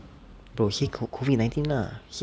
bro say cov~ COVID nineteen lah